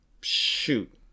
Shoot